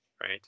right